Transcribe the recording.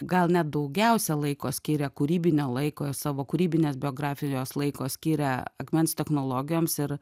gal net daugiausia laiko skiria kūrybinio laiko savo kūrybinės biografijos laiko skiria akmens technologijoms ir